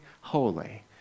holy